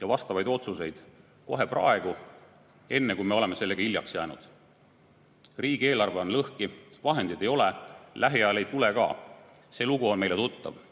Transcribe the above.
ja vastavaid otsuseid kohe praegu, enne kui me oleme sellega hiljaks jäänud. Riigieelarve on lõhki, vahendeid ei ole, lähiajal ei tule ka. See lugu on meile tuttav.